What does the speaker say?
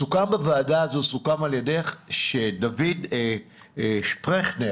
סוכם על ידך שדוד שפרכר,